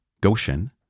Goshen